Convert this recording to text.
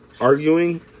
arguing